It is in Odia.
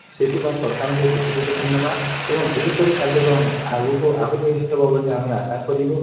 ସେଥିପାଇଁ ସରକାରଙ୍କୁ କୋଟି କୋଟି ଧନ୍ୟବାଦ ଏବଂ ଏହିପରି କାର୍ଯ୍ୟକ୍ରମ ଆଗକୁ ଆହୁରି ହେବ ବୋଲି ଆମେ ଆଶା କରିବୁ